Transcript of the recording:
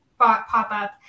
pop-up